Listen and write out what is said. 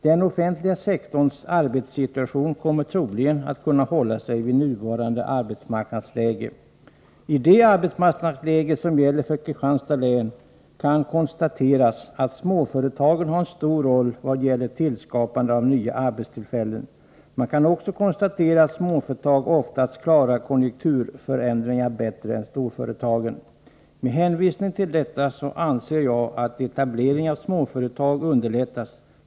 Den offentliga sektorns arbetssituation kommer troligen att kunna hålla sig vid nuvarande arbetsmarknadsläge. I det arbetsmarknadsläge som gäller för Kristianstads län kan konstateras att småföretagen har en stor roll vad gäller tillskapande av nya arbetstillfällen. Man kan också konstatera att småföretag oftast klarar konjunkturförändringar bättre än storföretagen. Med hänvisning till detta anser jag att etablering av småföretag bör underlättas.